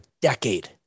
decade